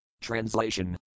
Translation